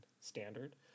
standard